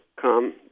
come